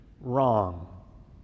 wrong